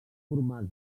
formats